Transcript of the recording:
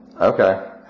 Okay